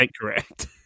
correct